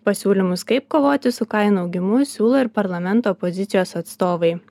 pasiūlymus kaip kovoti su kainų augimu siūlo ir parlamento opozicijos atstovai